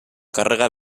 càrrega